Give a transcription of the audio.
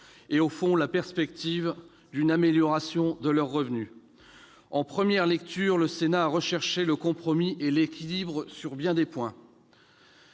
et, au fond, la perspective d'une amélioration de leur revenu. En première lecture, le Sénat a recherché le compromis et l'équilibre sur bien des points.